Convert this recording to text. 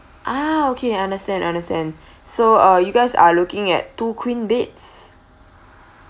ah okay understand understand so uh you guys are looking at two queen beds